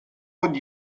would